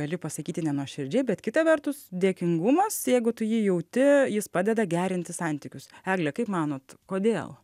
gali pasakyti nenuoširdžiai bet kita vertus dėkingumas jeigu tu jį jauti jis padeda gerinti santykius egle kaip manot kodėl